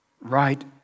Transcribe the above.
Right